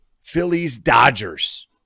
Phillies-Dodgers